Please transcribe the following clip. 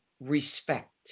respect